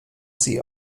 sie